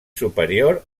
superior